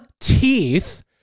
teeth